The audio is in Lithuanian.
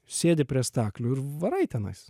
sėdi prie staklių ir varai tenais